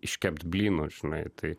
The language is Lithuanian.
iškept blynų žinai tai